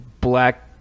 black